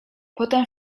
potem